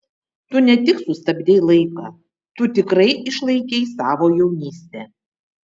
tu ne tik sustabdei laiką tu tikrai išlaikei savo jaunystę